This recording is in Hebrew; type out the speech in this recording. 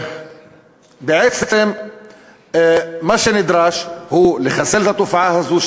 בעצם מה שנדרש הוא לחסל את התופעה הזאת,